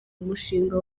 umushinga